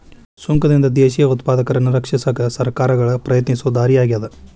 ಸುಂಕದಿಂದ ದೇಶೇಯ ಉತ್ಪಾದಕರನ್ನ ರಕ್ಷಿಸಕ ಸರ್ಕಾರಗಳ ಪ್ರಯತ್ನಿಸೊ ದಾರಿ ಆಗ್ಯಾದ